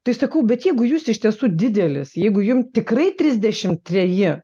tai sakau bet jeigu jūs iš tiesų didelis jeigu jum tikrai trisdešimt treji